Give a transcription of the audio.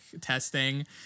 testing